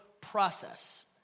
process